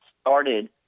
started